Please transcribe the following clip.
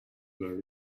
were